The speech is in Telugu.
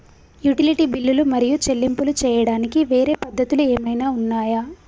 యుటిలిటీ బిల్లులు మరియు చెల్లింపులు చేయడానికి వేరే పద్ధతులు ఏమైనా ఉన్నాయా?